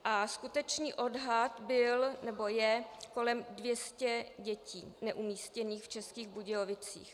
A skutečný odhad byl, nebo je, kolem 200 dětí neumístěných v Českých Budějovicích.